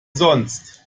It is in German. sonst